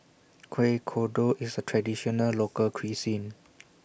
Kuih Kodok IS A Traditional Local Cuisine